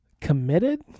Committed